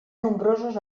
nombroses